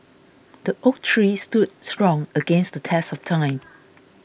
the oak tree stood strong against the test of time